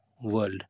world